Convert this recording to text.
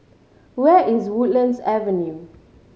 where is Woodlands Avenue